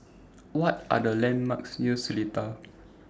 What Are The landmarks near Seletar